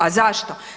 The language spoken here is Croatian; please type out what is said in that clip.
A zašto?